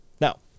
Now